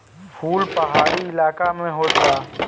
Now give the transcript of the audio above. फूल पहाड़ी इलाका में होत बा